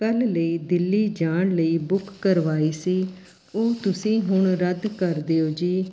ਕੱਲ੍ਹ ਲਈ ਦਿੱਲੀ ਜਾਣ ਲਈ ਬੁੱਕ ਕਰਵਾਈ ਸੀ ਉਹ ਤੁਸੀਂ ਹੁਣ ਰੱਦ ਕਰ ਦਿਓ ਜੀ